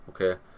okay